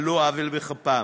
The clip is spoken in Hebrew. על לא עוול בכפם,